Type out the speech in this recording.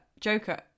Joker